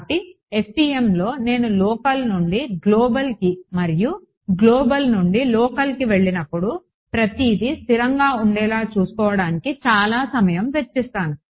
కాబట్టి FEMలో నేను లోకల్ నుండి గ్లోబల్కి మరియు గ్లోబల్ నుండి లోకల్కి వెళ్లినప్పుడు ప్రతిదీ స్థిరంగా ఉండేలా చూసుకోవడానికి చాలా సమయం వెచ్చిస్తారు